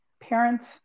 parents